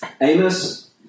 Amos